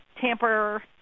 tamper